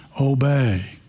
obey